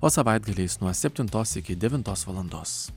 o savaitgaliais nuo septintos iki devintos valandos